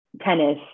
tennis